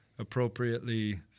appropriately